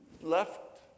left